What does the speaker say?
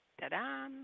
Ta-da